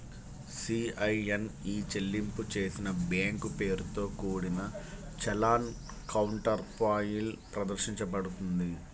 CIN e చెల్లింపు చేసిన bank పేరుతో కూడిన చలాన్ కౌంటర్ఫాయిల్ ప్రదర్శించబడుతుంది